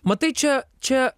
matai čia čia